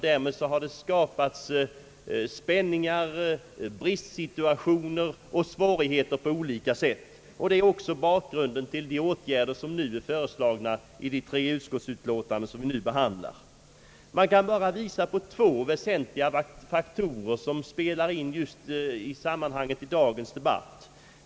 Därmed har det skapats spänningar, bristsituationer och svårigheter på olika sätt, och det är också bakgrunden till de åtgärder som är föreslagna i de tre utlåtanden som vi nu behandlar. Man behöver bara visa på två väsentliga faktorer som spelar in i det sammanhanget i dagens debatt.